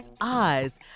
eyes